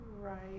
Right